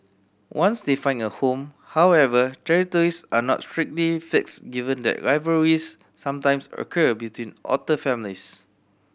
once they find a home however territories are not strictly fixed given that rivalries sometimes occur between otter families